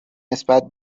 نسبت